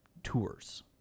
Tours